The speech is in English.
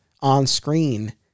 on-screen